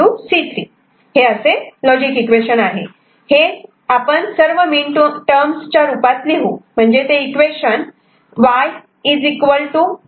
C3 तर आपण हे सर्व मिनटर्म च्या रूपात लिहू म्हणजे ते इक्वेशन Y B'